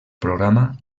programa